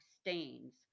stains